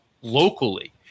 locally